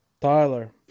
Tyler